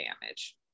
damage